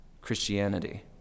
Christianity